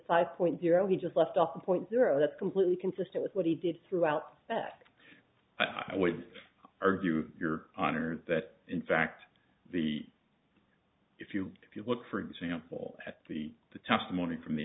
five point zero he just left off point zero that's completely consistent with what he did throughout that i would argue your honor that in fact the if you if you look for example at the testimony from